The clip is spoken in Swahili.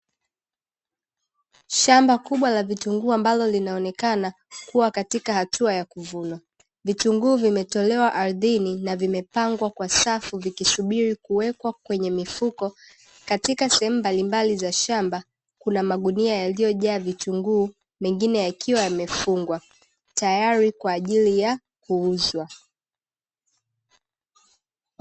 Shamba kubwa la vitunguu ambalo linaonekana kuwa katika hatua ya kuvuna, vitunguu vimetolewa ardhini na vimepangwa kwa safu vikisubiri kuwekwa kwenye mifuko, katika sehemu mbalimbali za shamba kuna magunia yaliyojaa vitunguu mengine yakiwa yamefungwa, tayari kwa ajili ya kuuzwa.